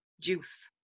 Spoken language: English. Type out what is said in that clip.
juice